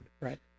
Right